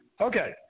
okay